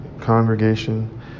congregation